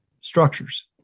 structures